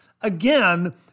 again